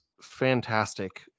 fantastic